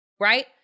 right